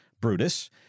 Brutus